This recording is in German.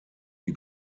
die